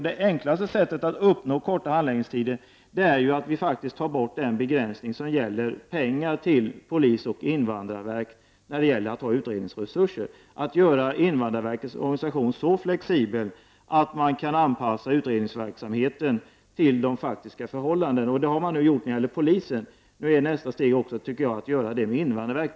Det enklaste sättet att uppnå kortare handläggningstider är faktiskt att ta bort den begränsning som gäller pengar till polisen och invandrarverket för utredningsändamål. Vi måste göra invandrar verkets organisation så flexibel att man kan anpassa utredningsverksamheten till de faktiska förhållandena. Det har man redan gjort inom polisen. Nu är nästa steget att göra detta med invandrarverket.